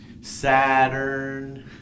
Saturn